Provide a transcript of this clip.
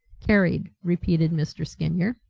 carried, repeated mr. skinyer.